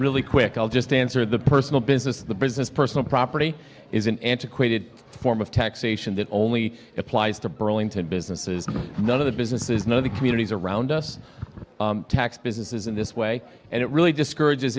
really quick i'll just answer the personal business the business personal property is an antiquated form of taxation that only applies to burlington businesses and none of the businesses know the communities around us tax businesses in this way and it really discourages